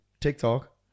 TikTok